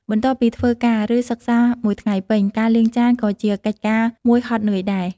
បន្ទាប់ពីធ្វើការ ឬ សិក្សាមួយថ្ងៃពេញ ការលាងចានក៏ជាកិច្ចការមួយហត់នឿយដែរ។